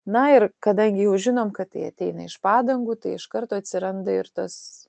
na ir kadangi jau žinom kad tai ateina iš padangų tai iš karto atsiranda ir tas